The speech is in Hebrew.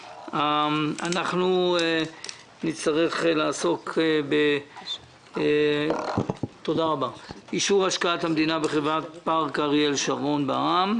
אנחנו נצטרך לעסוק באישור השקעת המדינה בחברת פארק אריאל שרון בע"מ,